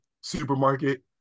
supermarket